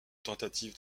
tentative